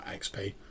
XP